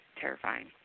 terrifying